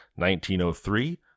1903